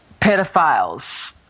pedophiles